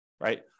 right